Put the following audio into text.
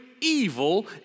evil